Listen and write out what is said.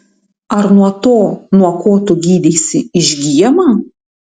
ar nuo to nuo ko tu gydeisi išgyjama